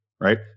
right